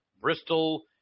Bristol